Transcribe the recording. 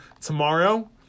tomorrow